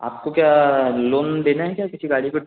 आपको क्या लोन देना है क्या किसी गाड़ी पे